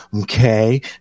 Okay